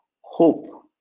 Hope